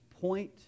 point